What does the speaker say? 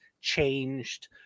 changed